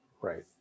right